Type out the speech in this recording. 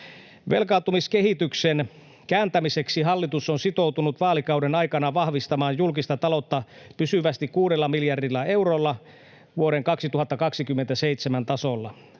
Velkaantumiskehityksen kääntämiseksi hallitus on sitoutunut vaalikauden aikana vahvistamaan julkista taloutta pysyvästi 6 miljardilla eurolla vuoden 2027 tasolla.